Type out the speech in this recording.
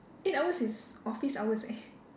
eight hours is office hours leh